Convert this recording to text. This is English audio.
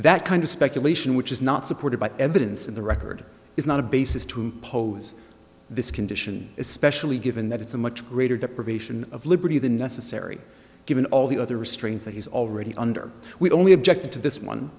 that kind of speculation which is not supported by evidence in the record is not a basis to pose this condition especially given that it's a much greater deprivation of liberty than necessary given all the other restraints that he's already under we only object to this one